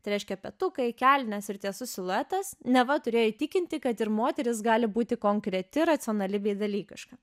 tai reiškia petukai kelnės ir tiesus siluetas neva turėjo įtikinti kad ir moteris gali būti konkreti racionali bei dalykiška